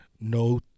No